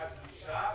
הייתה פגישה,